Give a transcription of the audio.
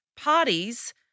parties